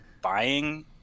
buying